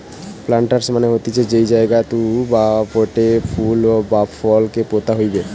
planters মানে হতিছে যেই জায়গাতু বা পোটে ফুল বা ফল কে পোতা হইবে